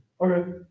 Okay